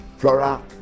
Flora